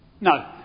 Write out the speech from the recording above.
No